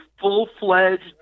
full-fledged